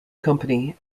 company